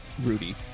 Rudy